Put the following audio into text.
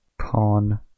Pawn